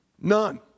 None